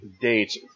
date